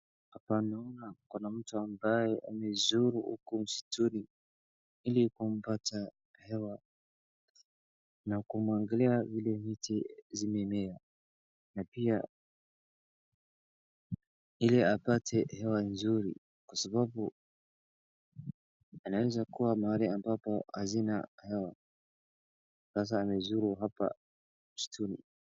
Hapa naona kuna mtu ambaye amezuru huku msituni, ili kupata hewa na kuangalia vile miche zimememea na pia ili apate hewa nzuri kwa sababu anaweza kuwa mahali ambapo hazina hewa sasa amezuru hapa msituni.